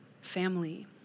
family